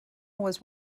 was